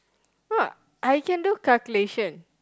uh I can do calculation